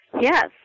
Yes